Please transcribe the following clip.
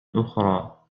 أخرى